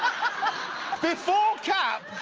before cap,